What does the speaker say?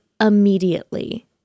immediately